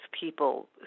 people